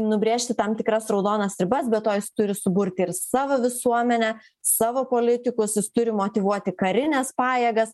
nubrėžti tam tikras raudonas ribas be to jis turi suburti ir savo visuomenę savo politikus jis turi motyvuoti karines pajėgas